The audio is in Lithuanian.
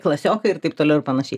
klasiokai ir taip toliau ir panašiai